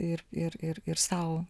ir ir ir ir sau